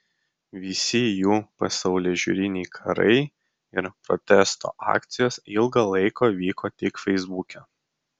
visi jų pasaulėžiūriniai karai ir protesto akcijos ilgą laiką vyko tik feisbuke